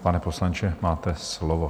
Pane poslanče, máte slovo.